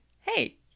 hey